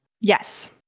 Yes